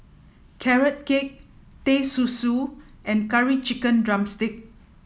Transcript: carrot cake teh susu and curry chicken drumstick